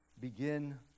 begin